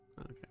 Okay